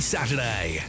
Saturday